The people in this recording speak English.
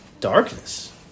Darkness